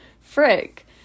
Frick